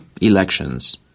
elections